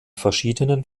verschiedenen